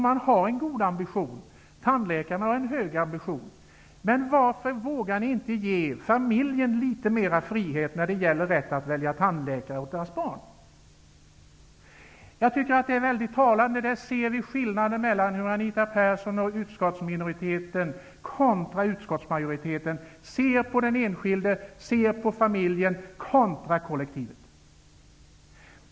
Landstingens ambition är hög och tandläkarnas ambition är hög. Varför vågar ni socialdemokrater inte ge familjen litet större frihet när det gäller rätten att välja tandläkare åt barnen? Det är väldigt talande. Man ser här skillnaden i hur Anita Persson och utskottsminoriteten kontra utskottsmajoriteten ser på den enskilde och på familjen kontra kollektivet.